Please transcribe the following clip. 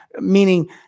meaning